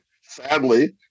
Sadly